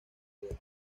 guerra